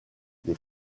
les